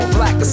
Black